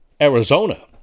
Arizona